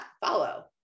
follow